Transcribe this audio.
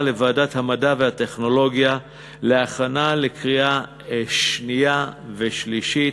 לוועדת המדע והטכנולוגיה להכנה לקריאה שנייה ושלישית.